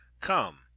Come